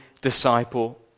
disciple